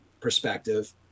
perspective